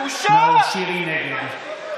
(חברת הכנסת נאור שירי יוצא מאולם המליאה.)